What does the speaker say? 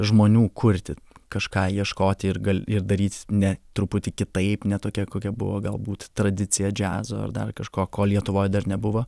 žmonių kurti kažką ieškoti ir gal ir daryti ne truputį kitaip ne tokia kokia buvo galbūt tradicija džiazo ar dar kažko ko lietuvoj dar nebuvo